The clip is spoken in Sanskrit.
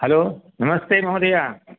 हलो नमस्ते महोदया